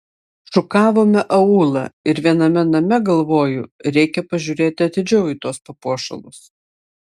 šukavome aūlą ir viename name galvoju reikia pažiūrėti atidžiau į tuos papuošalus